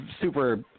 super